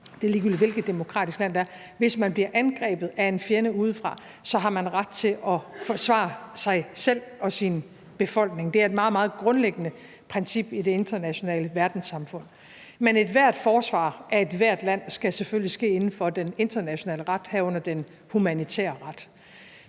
det er ligegyldigt, hvilket demokratisk land det er – der bliver angrebet af en fjende udefra, har ret til at forsvare sig selv og sin befolkning. Det er et meget, meget grundlæggende princip i det internationale verdenssamfund. Men ethvert forsvar af ethvert land skal selvfølgelig ske inden for den internationale ret, herunder den humanitære ret.